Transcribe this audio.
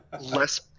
less